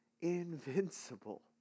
invincible